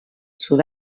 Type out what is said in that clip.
sud